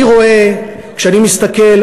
כשאני מסתכל,